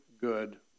good